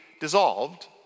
dissolved